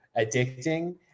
addicting